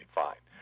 fine